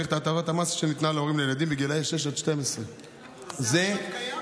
שהאריך את הטבת המס שניתנה להורים לילדים בגיל 6 12. זה עכשיו קיים?